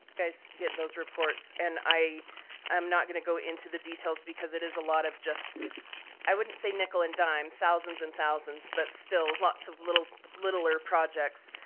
guys get those reports. and i am not going to go into the details because it is a lot of just i wouldn't say nickel and dime, thousands and thousands, but still lots of littler littler projects.